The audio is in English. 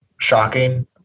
Shocking